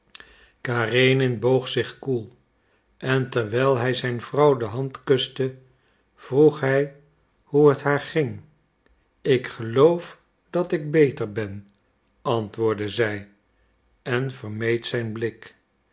karenin boog zich koel en terwijl hij zijn vrouw de hand kuste vroeg hij hoe het haar ging ik geloof dat ik beter ben antwoordde zij en vermeed zijn blik